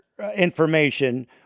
information